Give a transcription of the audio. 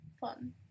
Fun